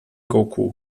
goku